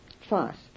fast